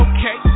Okay